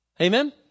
Amen